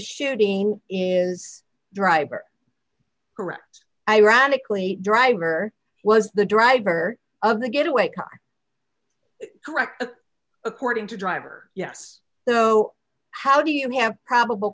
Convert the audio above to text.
shooting is driver correct ironically driver was the driver of the getaway car correct according to driver yes though how do you have probable